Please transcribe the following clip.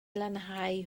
lanhau